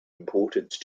importance